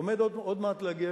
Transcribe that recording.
עומד עוד מעט להגיע,